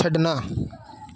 ਛੱਡਣਾ